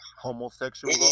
homosexual